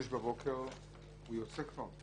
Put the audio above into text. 06:00 בבוקר הוא יוצא כבר?